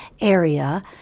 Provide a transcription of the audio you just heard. area